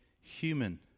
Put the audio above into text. human